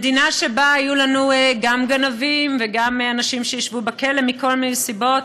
מדינה שבה יהיו לנו גם גנבים וגם אנשים שישבו בכלא מכל מיני סיבות.